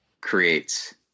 creates